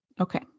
okay